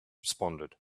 responded